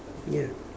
ya